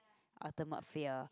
ultimate fear